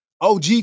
OG